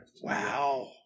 Wow